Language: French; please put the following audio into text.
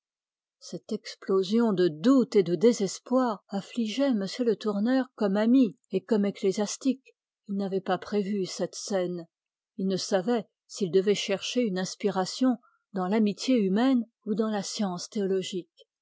cette explosion de doute et de désespoir affligeait m le tourneur comme ami et comme ecclésiastique il n'avait pas prévu cette scène il ne savait s'il devait chercher une inspiration dans l'amitié humaine ou dans la science théologique